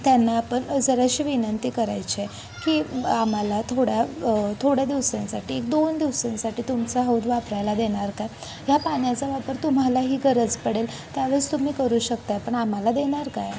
त्यांना आपण जराशी विनंती करायची आहे की आम्हाला थोड्या थोड्या दिवसांसाठी एक दोन दिवसांसाठी तुमचा हौद वापरायला देणार काय ह्या पाण्याचा वापर तुम्हालाही गरज पडेल त्यावेळेस तुम्ही करू शकत आहे पण आम्हाला देणार काय